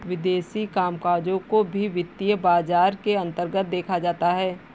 विदेशी कामकजों को भी वित्तीय बाजार के अन्तर्गत देखा जाता है